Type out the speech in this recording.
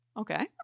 Okay